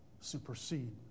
supersede